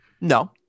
No